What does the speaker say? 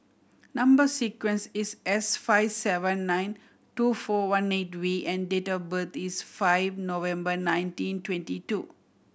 number sequence is S five seven nine two four one eight V and date of birth is five November nineteen twenty two